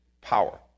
power